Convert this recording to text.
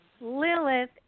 Lilith